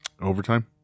overtime